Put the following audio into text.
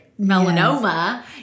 melanoma